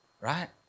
Right